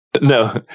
no